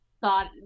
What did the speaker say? thought